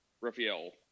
Raphael